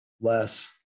less